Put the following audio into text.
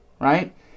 Right